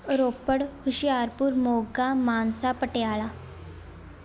Ropar Hoshiarpur Moga Mansa Patiala